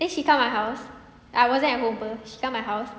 then she come my house I wasn't at home [pe] she come my house